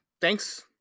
thanks